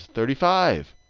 thirty five.